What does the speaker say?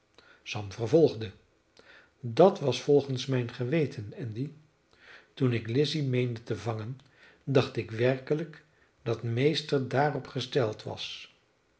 sam vervolgde dat was volgens mijn geweten andy toen ik lizzy meende te vangen dacht ik werkelijk dat meester daarop gesteld was